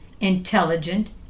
intelligent